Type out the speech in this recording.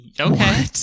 Okay